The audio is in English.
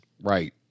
Right